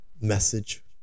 message